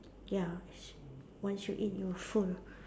ya once you eat you will full